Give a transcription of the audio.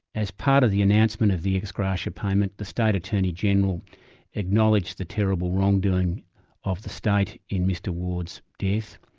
as part of the announcement of the ex gratia payment, the state attorney-general acknowledged the terrible wrongdoing of the state in mr ward's death,